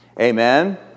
amen